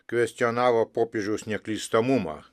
kvestionavo popiežiaus neklystamumą